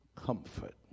comfort